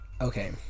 okay